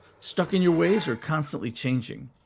stuck in your ways, or constantly changing?